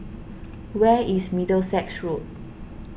where is Middlesex Road